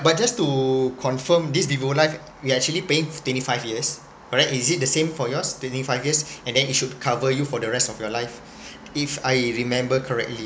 but just to confirm this vivo life you are actually paying twenty five years correct is it the same for yours twenty five years and then it should cover you for the rest of your life if I remember correctly